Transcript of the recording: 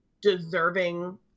deserving